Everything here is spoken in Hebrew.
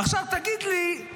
עכשיו תגיד לי,